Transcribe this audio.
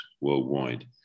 worldwide